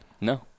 No